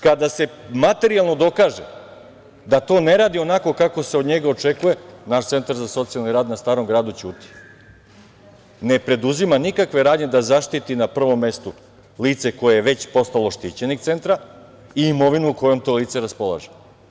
Kada se materijalno dokaže da to ne radi onako kako se od njega očekuje, naš Centar za socijalni rad na Starom gradu ćuti i ne preduzima nikakve radnje da zaštiti na prvom mestu lice koje je već postalo štićenik Centra i imovinu kojom to lice raspolaže.